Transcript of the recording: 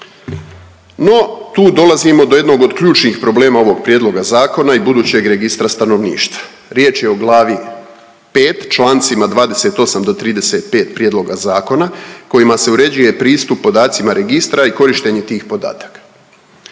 No tu dolazimo do jednog od ključnih problema ovog prijedloga zakona i budućeg Registra stanovništva. Riječ je o glavi 5., čl. 28. do 35. prijedloga zakona kojima se uređuje pristup podacima registra i korištenje tih podataka.